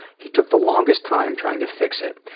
he took the longest time trying to fix it,